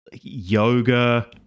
yoga